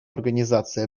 организацией